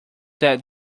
that